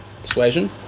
Persuasion